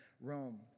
Rome